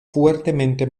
fuertemente